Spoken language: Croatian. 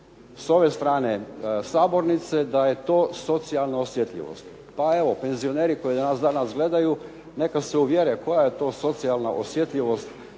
s ove strane sabornice da je to socijalna osjetljivost, pa evo penzioneri koji nas danas gledaju neka se uvjere koja je to socijalna osjetljivost